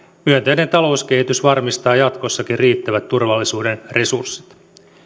myönteinen talouskehitys varmistaa jatkossakin riittävät turvallisuuden resurssit